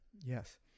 yes